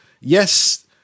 yes